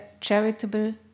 charitable